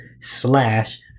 slash